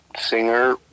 singer